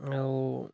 ଆଉ